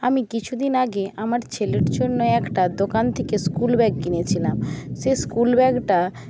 আমি কিছুদিন আগে আমার ছেলের জন্য একটা দোকান থেকে স্কুল ব্যাগ কিনেছিলাম সেই স্কুল ব্যাগটা